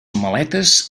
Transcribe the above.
maletes